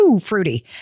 fruity